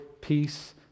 peace